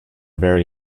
very